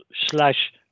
slash